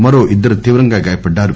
మరో ఇద్దరు తీవ్రంగా గాయపడ్డారు